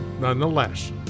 nonetheless